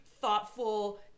thoughtful